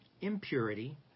impurity